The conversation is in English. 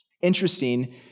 Interesting